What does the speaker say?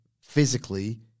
physically